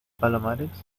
palomares